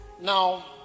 Now